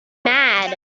mad